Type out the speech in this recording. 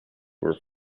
were